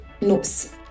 notes